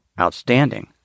Outstanding